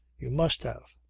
you must have.